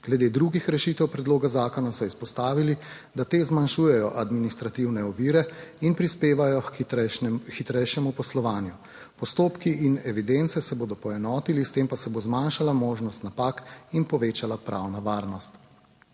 Glede drugih rešitev predloga zakona so izpostavili, da te zmanjšujejo administrativne ovire in prispevajo k hitrejšemu poslovanju, postopki in evidence se bodo poenotili, s tem pa se bo zmanjšala možnost napak in povečala pravna varnost.